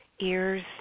ears